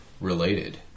related